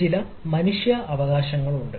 ചില മനുഷ്യരുടെ അവകാശങ്ങൾ ഉണ്ട്